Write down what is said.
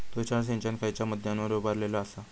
तुषार सिंचन खयच्या मुद्द्यांवर उभारलेलो आसा?